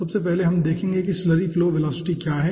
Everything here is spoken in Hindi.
तो सबसे पहले हम देखेंगे कि स्लरी फ्लो वेलोसिटी क्या है